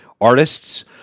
artists